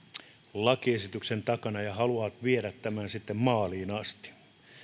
lakiesityksen takana ja haluavat viedä tämän sitten maaliin asti